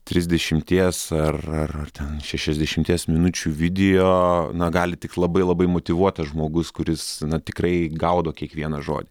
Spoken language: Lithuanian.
trisdešimties ar ar ten šešiasdešimties minučių video na gali tik labai labai motyvuotas žmogus kuris tikrai gaudo kiekvieną žodį